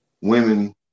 women